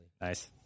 Nice